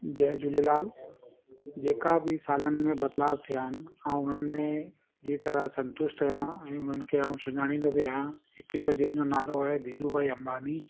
जय झूलेलाल जेका बि सालनि में बदलाव थिया आहिनि ऐं उन्हनि में जंहिं तरहां संतुष्ट रहां ऐं उन्हनि खे ऐं सुञाणींदो बि आहियां हिकिड़ो जंहिंजो नालो आहे धीरू भाई अंबानी